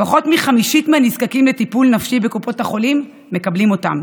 פחות מחמישית מהנזקקים לטיפול נפשי בקופות החולים מקבלים אותו,